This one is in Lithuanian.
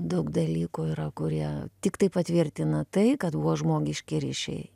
daug dalykų yra kurie tiktai patvirtina tai kad buvo žmogiški ryšiai